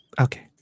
Okay